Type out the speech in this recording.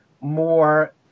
more